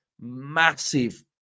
massive